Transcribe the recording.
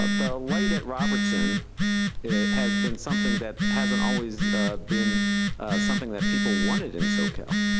ah the light at robertson has been something that hasn't always been something that people wanted in soquel.